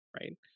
right